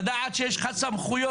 לדעת שיש לך סמכויות.